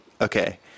Okay